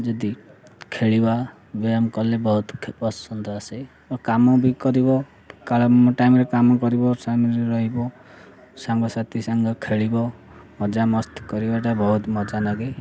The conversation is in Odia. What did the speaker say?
ଯଦି ଖେଳିବା ବ୍ୟାୟାମ କଲେ ବହୁତ ପସନ୍ଦ ଆସେ କାମ ବି କରିବ କାଳ ଟାଇମ୍ରେ କାମ କରିବ ରହିବ ସାଙ୍ଗସାଥି ସାଙ୍ଗ ଖେଳିବ ମଜାମସ୍ତି କରିବାଟା ବହୁତ ମଜା ଲାଗେ